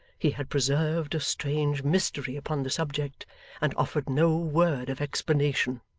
he had preserved a strange mystery upon the subject and offered no word of explanation.